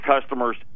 customers